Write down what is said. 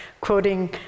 quoting